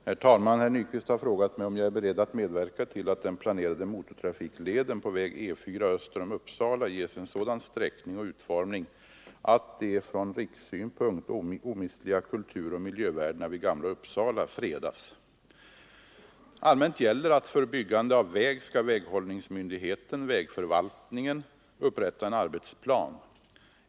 Herr talman! Herr Nyquist har frågat mig om jag är beredd att medverka till att den planerade motortrafikleden E 4 öster om Uppsala ges en sådan sträckning och utformning, att de från rikssynpunkt omistliga kulturoch miljövärdena vid Gamla Uppsala fredas. Allmänt gäller att för byggande av väg skall väghållningsmyndigheten — vägförvaltningen — upprätta en arbetsplan.